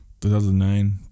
2009